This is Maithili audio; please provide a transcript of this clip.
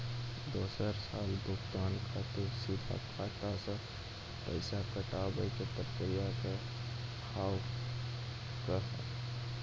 दोसर साल भुगतान खातिर सीधा खाता से पैसा कटवाए के प्रक्रिया का हाव हई?